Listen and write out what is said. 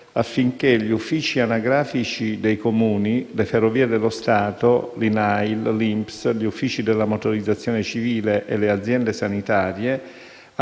affinché gli uffici anagrafici dei Comuni, le Ferrovie dello Stato, l'INAIL, l'INPS, gli uffici della Motorizzazione civile e le aziende sanitarie